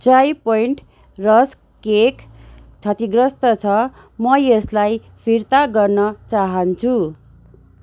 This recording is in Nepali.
चाइ पोइन्ट रस्क केक क्षतिग्रस्त छ म यसलाई फिर्ता गर्न चाहन्छु